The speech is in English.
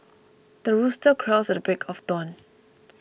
the rooster crows at the break of dawn